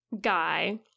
guy